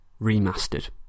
remastered